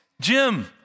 Jim